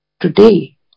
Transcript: today